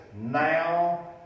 now